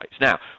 Now